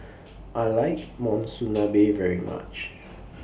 I like Monsunabe very much